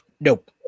Nope